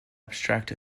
abstract